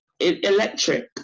electric